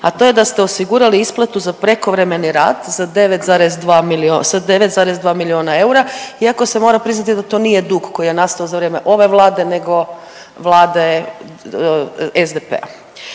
a to je da ste osigurali isplatu za prekovremeni rad sa 9,2 milijuna eura iako se mora priznati da to nije dug koji je nastao za vrijeme ove Vlade nego Vlade SDP-a.